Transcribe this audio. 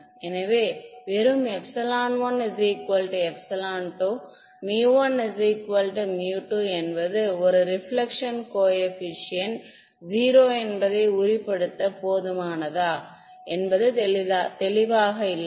எனவே வெறும் 12 1 2 என்பது ஒரு ரெபிலெக்ஷன் கோஏபிசியன்ட் 0 என்பதை உறுதிப்படுத்த போதுமானதா என்பது தெளிவாக இல்லை